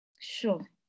Sure